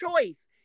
choice